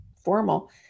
formal